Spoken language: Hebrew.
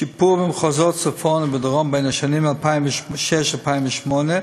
שיפור במחוזות צפון ודרום מהשנים 2006 2008,